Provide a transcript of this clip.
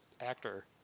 actor